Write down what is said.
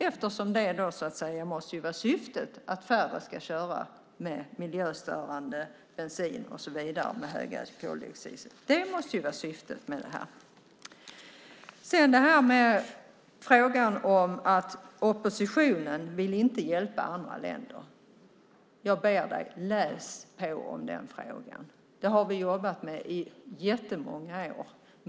Syftet måste väl vara att färre ska köra fordon som går på miljöstörande bensin med åtföljande stora koldioxidutsläpp. Sedan har vi detta med att oppositionen inte vill hjälpa andra länder. Jag ber dig att läsa på i den frågan. Den har vi jobbat med i väldigt många år.